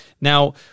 Now